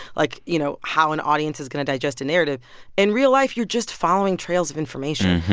like, you know, how an audience is going to digest a narrative in real life, you're just following trails of information.